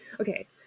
Okay